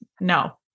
no